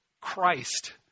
Christ